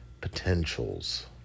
potentials